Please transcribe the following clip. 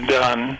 done